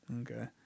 Okay